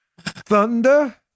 Thunder